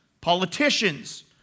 politicians